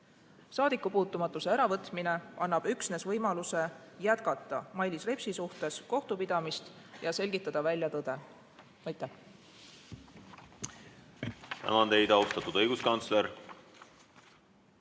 Saadikupuutumatuse äravõtmine annab üksnes võimaluse jätkata Mailis Repsi suhtes kriminaalmenetlust ja selgitada välja tõde. Aitäh!